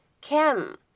Kim